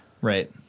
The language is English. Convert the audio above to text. Right